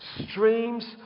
streams